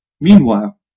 Meanwhile